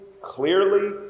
clearly